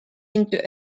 into